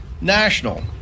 national